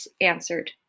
answered